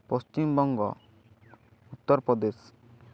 Paschimbanga Uttar Pradesh